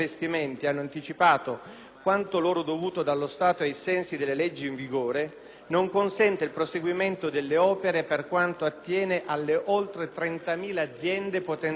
non consente il proseguimento delle opere per quanto attiene alle oltre 30.000 aziende potenzialmente interessate a beneficiare in futuro di tali provvedimenti.